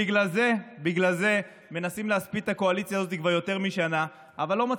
בגלל זה מנסים להספיד את הקואליציה הזאת כבר יותר משנה ולא מצליחים.